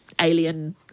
alien